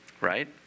Right